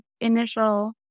initial